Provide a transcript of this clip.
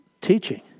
teaching